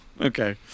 okay